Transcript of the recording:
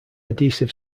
adhesive